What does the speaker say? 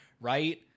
right